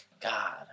God